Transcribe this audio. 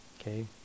Okay